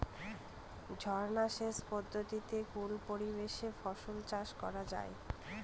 ঝর্না সেচ পদ্ধতিতে কোন পরিবেশে ফসল চাষ করা যায়?